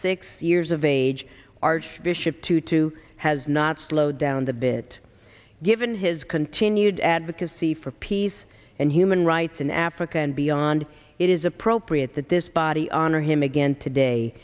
six years of age archbishop tutu has not slowed down the bit given his continued advocacy for peace and human rights in africa and beyond it is appropriate that this body honor him again today